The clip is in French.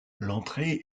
l’entrée